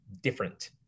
different